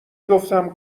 گفتم